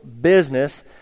business